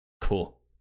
Cool